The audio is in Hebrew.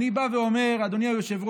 אני בא ואומר, אדוני היושב-ראש: